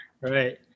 Right